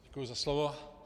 Děkuji za slovo.